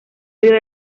odio